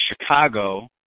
Chicago